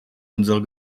unserer